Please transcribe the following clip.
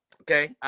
Okay